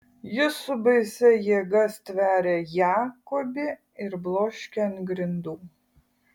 jis su baisia jėga stveria jakobį ir bloškia ant grindų